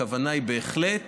הכוונה היא בהחלט